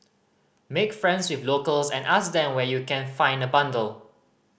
make friends with locals and ask than where you can find a bundle